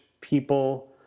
people